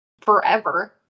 forever